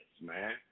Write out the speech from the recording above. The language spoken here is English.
man